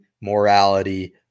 morality